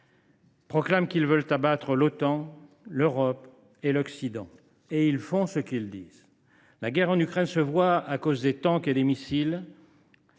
proclament qu’ils veulent abattre l’Otan, l’Europe et l’Occident – et ils font ce qu’ils disent. La guerre en Ukraine se voit à cause des tanks et des missiles,